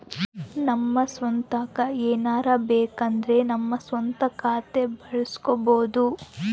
ನಮ್ಮ ಸ್ವಂತಕ್ಕ ಏನಾರಬೇಕಂದ್ರ ನಮ್ಮ ಸ್ವಂತ ಖಾತೆ ಬಳಸ್ಕೋಬೊದು